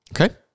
Okay